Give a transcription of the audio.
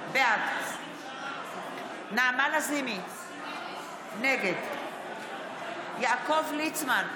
בעד נעמה לזימי, נגד יעקב ליצמן,